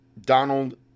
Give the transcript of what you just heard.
Donald